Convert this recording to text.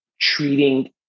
treating